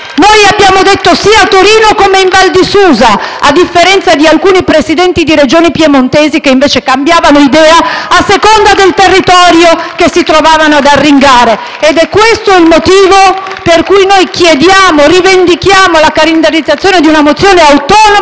Noi abbiamo detto sì a Torino, come in Val di Susa, a differenza di alcuni Presidenti di Regione piemontesi che invece cambiavano idea a seconda del territorio che si trovavano ad arringare. *(Applausi dal Gruppo FI-BP)*. Ed è questo il motivo per cui noi chiediamo e rivendichiamo la calendarizzazione di una mozione autonoma